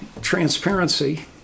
Transparency